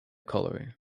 colliery